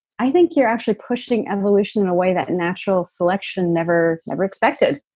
i think you're actually pushing evolution in a way that natural selection never, never expected,